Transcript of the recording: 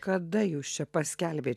kada jūs čia paskelbėt